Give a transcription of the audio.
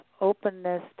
openness